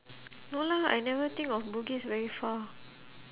no lah I never think of bugis very far